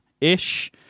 ish